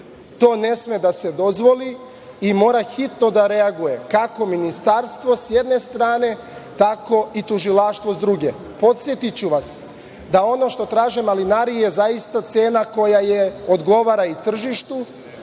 To ne sme da se dozvoli i mora hitno da reaguje kako ministarstvo, s jedne strane, tako i tužilaštvo, s druge. Podsetiću vas da ono što traže malinari je zaista cena koja odgovara i tržištu,